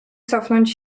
cofnąć